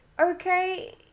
okay